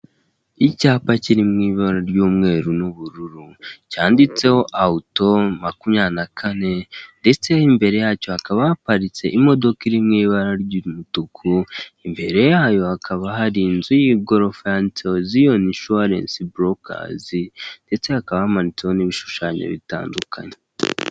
Icyapa kiri mu ibara ry'umweru n'ubururu, cyanditseho awuto makumyabiri na kane ndetse imbere yacyo hakaba haparitse imodoka, iri mu ibara ry'umutuku imbere yayo hakaba hari inzu y'igorofa yanditseho ziyoni inshuwarensi burokazi, ndetse hakaba hamanitseho n'ibishushanyo bitandukanye.